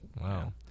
wow